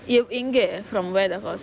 எங்க:enga from where the course